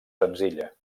senzilla